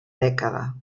dècada